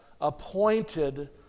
appointed